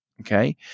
Okay